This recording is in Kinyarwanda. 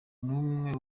n’umwe